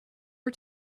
are